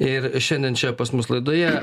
ir šiandien čia pas mus laidoje